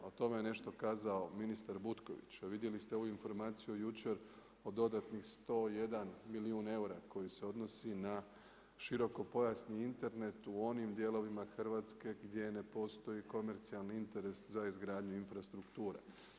O tome je nešto kazao ministar Butković, a vidjeli ste ovu informaciju jučer o dodatnih 101 milijun eura koji se odnosi na širokopojasni Internet u onim dijelovima Hrvatske gdje ne postoji komercijalni interes za izgradnju infrastrukture.